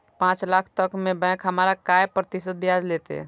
पाँच लाख तक में बैंक हमरा से काय प्रतिशत ब्याज लेते?